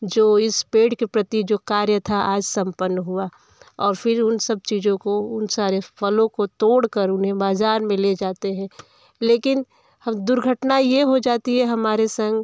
जो इस पेड़ के प्रति जो कार्य था आज संपन्न हुआ और फिर उन सब चीज़ों को उन सारे फलों को तोड़कर उन्हें बाज़ार में ले जाते हैं लेकिन दुर्घटना यह हो जाती है हमारे संग